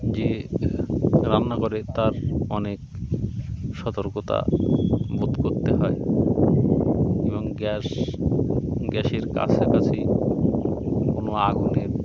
যে রান্না করে তার অনেক সতর্কতা বোধ করতে হয় এবং গ্যাস গ্যাসের কাছাকাছি কোনো আগুনের